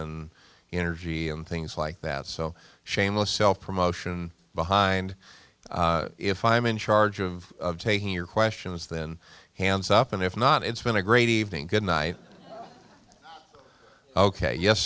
and energy and things like that so shameless self promotion behind if i'm in charge of taking your questions then hands up and if not it's been a great evening good night ok yes